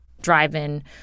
drive-in